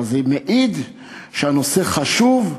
אבל זה מעיד שהנושא חשוב,